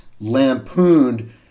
lampooned